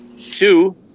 Two